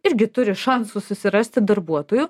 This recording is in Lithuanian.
irgi turi šansų susirasti darbuotojų